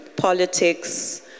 politics